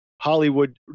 Hollywood